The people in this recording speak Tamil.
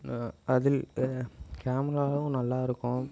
அதில் கேமராவும் நல்லாயிருக்கும்